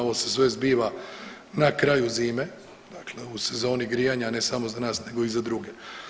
Ovo se sve zbiva na kraju zime, dakle u sezoni grijanja ne samo za nas nego i za druge.